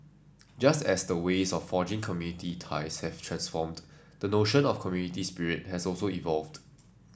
just as the ways of forging community ties have transformed the notion of community spirit has also evolved